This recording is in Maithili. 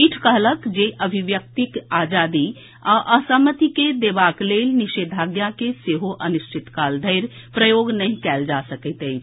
पीठ कहलक जे अभिव्यक्तिक आजादी आ असहमति के दबेबाक लेल निषेद्याज्ञा के सेहो अनिश्चित काल धरि प्रयोग नहि कयल जा सकैत अछि